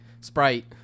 sprite